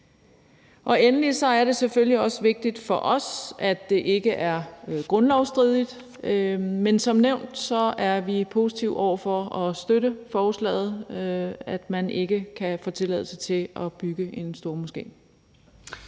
om. Endelig er det selvfølgelig også vigtigt for os, at det ikke er grundlovsstridigt. Men som nævnt er vi positive over for at støtte forslaget om, at man ikke kan få tilladelse til at bygge en stormoské.